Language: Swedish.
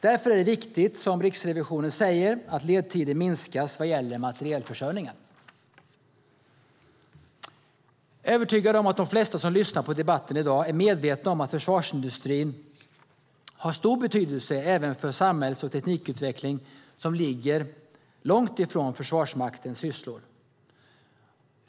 Därför är det viktigt, som Riksrevisionen säger, att ledtider minskas vad gäller materialförsörjningen. Jag är övertygad om att de flesta som lyssnar på debatten i dag är medvetna om att försvarsindustrin har stor betydelse även för samhälls och teknikutveckling som ligger långt ifrån Försvarsmaktens sysslor.